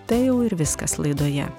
tai jau ir viskas laidoje